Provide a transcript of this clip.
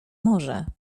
może